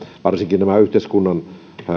varsinkin nämä yhteiskunnan